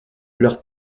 leur